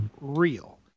real